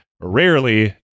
rarely